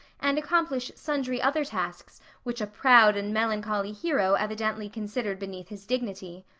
and accomplish sundry other tasks which a proud and melancholy hero evidently considered beneath his dignity.